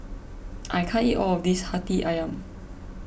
I can't eat all of this Hati Ayam